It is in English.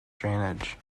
drainage